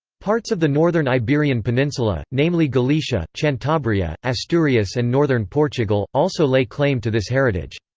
parts of the northern iberian peninsula, namely galicia, cantabria, asturias and northern portugal, also lay claim to this heritage.